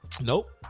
Nope